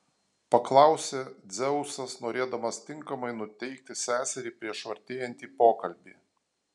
paklausė dzeusas norėdamas tinkamai nuteikti seserį prieš artėjantį pokalbį